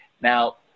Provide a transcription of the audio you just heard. Now